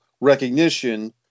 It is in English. recognition